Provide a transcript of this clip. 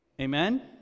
Amen